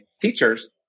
teachers